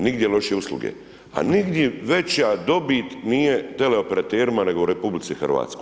Nigdje lošije usluge, a nigdje veća dobit nije teleoperaterima nego u RH.